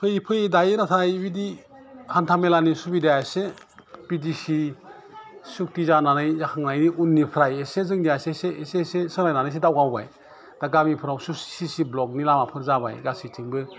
फैयै फैयै दायो नाथाय बिदि हान्था मेला सुबिदायासो बि टि सि सुकथि जानानै जाखांनायनि उननिफ्राय एसे जोंनिया एसे एसे एसे एसे सालायनानैसो दावगाबाय दा गामिफ्राव सि सि ब्लक नि लामाफोर जाबाय गासैथिंबो